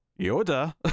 yoda